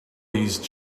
these